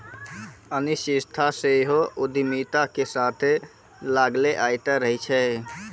अनिश्चितता सेहो उद्यमिता के साथे लागले अयतें रहै छै